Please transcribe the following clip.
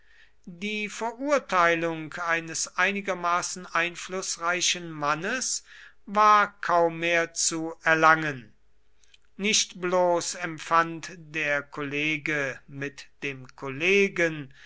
die verurteilung eines einigermaßen einflußreichen mannes war kaum mehr zu erlangen nicht bloß empfand der kollege mit dem kollegen